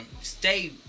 stay